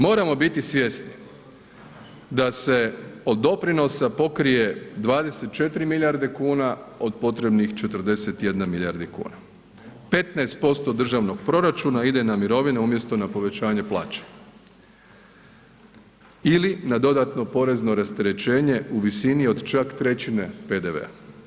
Moramo biti svjesni da se od doprinosa pokrije 24 milijarde kuna od potrebnih 41 milijarda kuna, 15% državnog proračuna ide na mirovine umjesto na povećanje plaća ili na dodatno porezno rasterečenje u visini od čak trećine PDV-a.